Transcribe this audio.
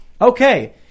Okay